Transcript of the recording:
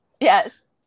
yes